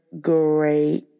great